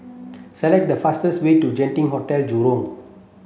select the fastest way to Genting Hotel Jurong